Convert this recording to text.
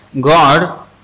God